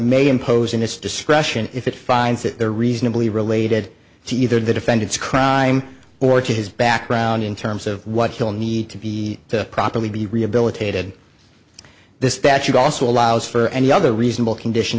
may impose in its discretion if it finds that they're reasonably related to either the defendant's crime or to his background in terms of what he'll need to be to properly be rehabilitated this patch also allows for any other reasonable condition